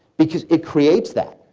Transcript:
because it creates that.